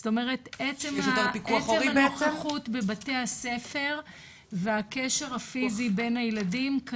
זאת אומרת עצם הנוכחות בבתי הספר והקשר הפיזי בין הילדים,